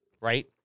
right